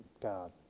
God